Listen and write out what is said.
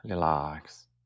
Relax